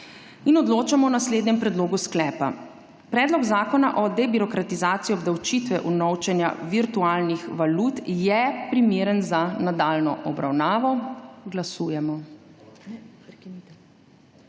Odločamo o naslednjem predlogu sklepa. Predlog Zakona o debirokratizaciji obdavčitve unovčenja virtualnih valut je primeren za nadaljnjo obravnavo. Glasujemo.